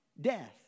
death